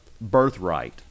birthright